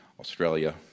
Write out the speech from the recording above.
Australia